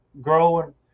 growing